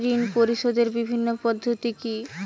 ঋণ পরিশোধের বিভিন্ন পদ্ধতি কি কি?